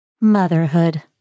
Motherhood